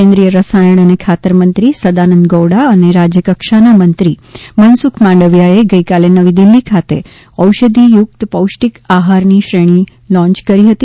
કેન્દ્રીય રસાયણ અને ખાતર મંત્રી સદાનંદ ગૌડા અને રાજ્યકક્ષાના મંત્રી મનસુખમાંડવિયાએ ગઈકાલે નવીદિલ્હી ખાતે ઔષધીયુક્ત પૌષ્ટિક આહારની શ્રેણી આજે લોન્ય કરી હતી